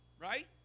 Right